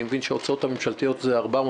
אני מבין שההוצאות הממשלתיות זה 421,